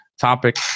topic